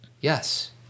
Yes